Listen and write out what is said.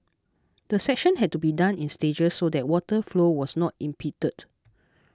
the section had to be done in stages so that water flow was not impeded